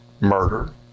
murder